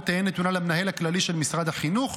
תהא נתונה למנהל הכללי של משרד החינוך,